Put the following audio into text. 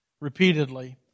repeatedly